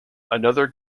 another